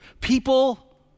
people